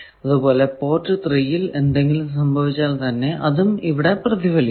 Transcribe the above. അതുപോലെ പോർട്ട് 3 ൽ എന്തെങ്കിലും സംഭവിച്ചാൽ തന്നെ അതും ഇവിടെ പ്രതിഫലിക്കും